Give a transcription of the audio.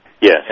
Yes